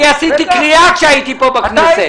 אני עשיתי קריעה כשהייתי פה בכנסת.